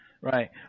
Right